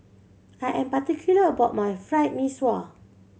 I am particular about my Fried Mee Sua